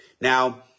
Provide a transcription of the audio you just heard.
Now